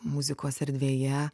muzikos erdvėje